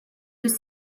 fis